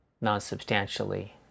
Non-substantially